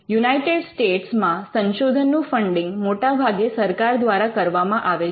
United સ્ટેટ્સમાં સંશોધનનું funding મોટા ભાગે સરકાર દ્વારા કરવામાં આવે છે